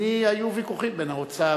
היו ויכוחים בין האוצר,